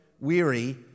weary